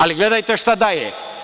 Ali, gledajte šta daje.